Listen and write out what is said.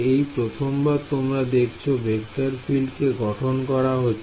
এই প্রথমবার তোমরা দেখছো ভেক্টর ফিল্ড কে গঠন করা হচ্ছে